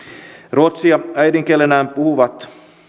ruotsia äidinkielenään puhuvat